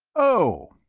oh,